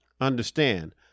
understand